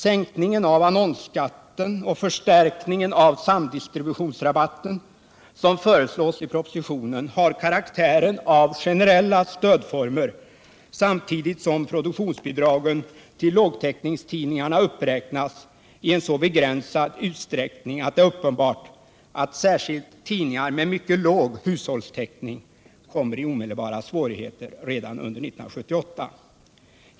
Sänkningen av annonsskatten och förstärkningen av samdistributions rabatten som föreslås i propositionen har karaktären av generella stödformer, samtidigt som produktionsbidragen till lågtäckningstidningarna uppräknas i en så begränsad utsträckning att det är uppenbart att särskilt tidningar med mycket låg hushållstäckning kommer i omedelbara svårigheter redan under 1978.